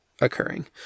occurring